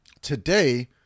Today